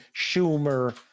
Schumer